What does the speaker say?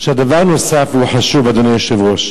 עכשיו, דבר נוסף והוא חשוב, אדוני היושב-ראש: